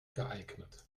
geeignet